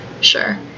Sure